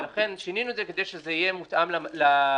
ולכן שינינו את זה כדי שזה יהיה מותאם לתמ"ג.